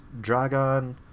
Dragon